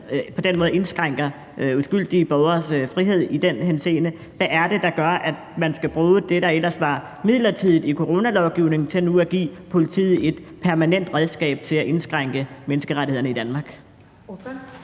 man på den måde indskrænker uskyldige borgeres frihed i den henseende. Hvad er det, der gør, at man skal bruge det, der ellers var midlertidigt i coronalovgivningen, til nu at give politiet et permanent redskab til at indskrænke menneskerettighederne i Danmark?